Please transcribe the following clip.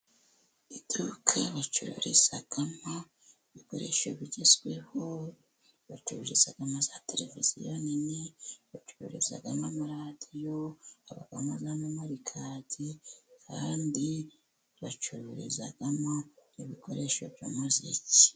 Iduka bacururizamo ibikoresho bigezweho, bacururizamo ama tereviziyo nini, bacururizamo amaradiyo, habamo na memorikadi, kandi bacururizamo ibikoresho byumuziki.